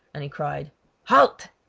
and he cried halt!